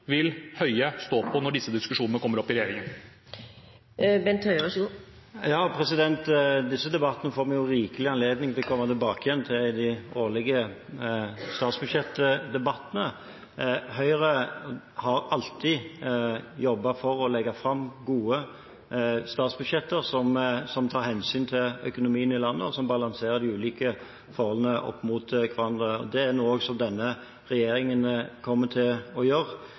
vil Høie stå på når disse diskusjonene kommer opp i regjeringen? Disse spørsmålene får vi rikelig anledning til å komme tilbake igjen til i de årlige statsbudsjettdebattene. Høyre har alltid jobbet for å legge fram gode statsbudsjetter som tar hensyn til økonomien i landet, og som balanserer de ulike forholdene opp mot hverandre. Det er noe som denne regjeringen kommer til å gjøre.